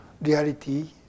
reality